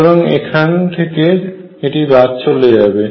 সুতরাং এখান থেকে এটি বাদ চলে যাবে